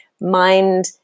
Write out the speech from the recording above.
mind